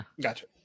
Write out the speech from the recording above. gotcha